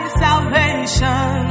salvation